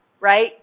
right